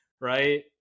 right